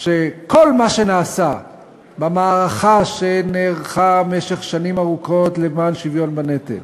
שכל מה שנעשה במערכה שנערכה במשך שנים ארוכות למען שוויון בנטל,